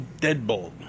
deadbolt